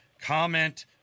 comment